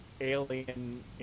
alien